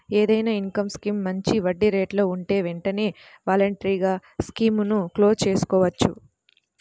ఏదైనా income scheme మంచి వడ్డీరేట్లలో ఉంటే వెంటనే వాలంటరీగా స్కీముని క్లోజ్ చేసుకోవచ్చు